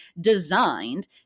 designed